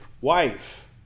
wife